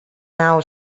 nau